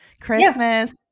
Christmas